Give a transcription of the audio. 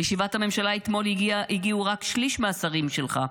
לישיבת הממשלה אתמול הגיעו רק שליש מהשרים שלך.